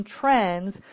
trends